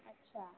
अच्छा